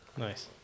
Nice